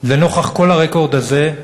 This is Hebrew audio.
לנוכח כל הרקורד הזה,